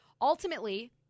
ultimately